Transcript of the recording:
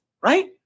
right